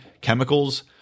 chemicals